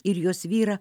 ir jos vyrą